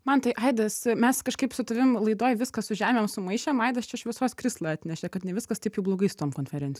mantai aidas mes kažkaip su tavim laidoj viskas su žemėm sumaišėm aidas čia šviesos krislą atnešė kad ne viskas taip jau blogai su tom konferenci